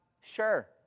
sure